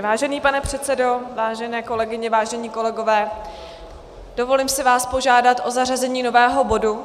Vážený pane předsedo, vážené kolegyně, vážení kolegové, dovolím si vás požádat o zařazení nového bodu.